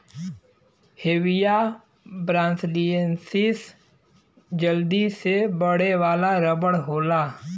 Hevea brasiliensis जल्दी से बढ़े वाला रबर होला